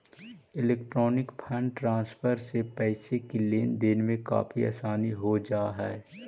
electronic fund transfer से पैसे की लेन देन में काफी आसानी हो जा हई